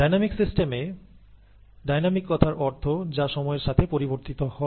dynamic সিস্টেমে dynamic কথার অর্থ যা সময়ের সাথে পরিবর্তিত হয়